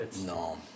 No